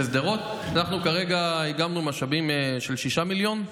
בשדרות אנחנו כרגע איגמנו משאבים של 6 מיליון.